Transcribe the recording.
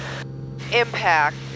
impact